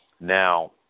Now